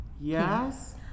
yes